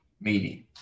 meeting